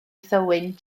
thywyn